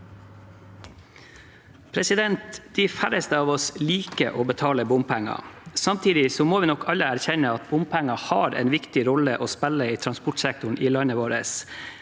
De færreste av oss liker å betale bompenger. Samtidig må vi nok alle erkjenne at bompenger har en viktig rolle å spille i transportsektoren i landet vårt,